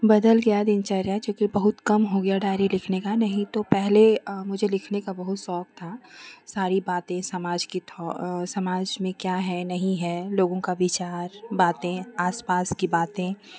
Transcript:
बदल गया दिनचर्या क्योंकि बहुत कम हो गया डायरी लिखने का नहीं तो पहले मुझे लिखने का बहुत शौक था सारी बातें समाज की थौ अ समाज में क्या है नहीं है लोगों का विचार बातें आस पास की बातें